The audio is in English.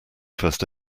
first